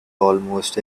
almost